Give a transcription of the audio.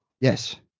Yes